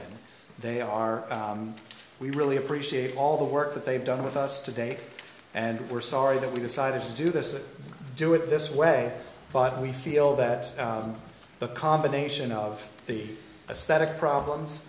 in they are we really appreciate all the work that they've done with us today and we're sorry that we decided to do this do it this way but we feel that the combination of the ascetic problems